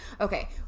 Okay